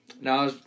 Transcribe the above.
Now